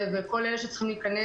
וכל אלה שצריכים להיכנס,